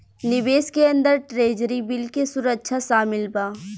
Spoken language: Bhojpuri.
निवेश के अंदर ट्रेजरी बिल के सुरक्षा शामिल बा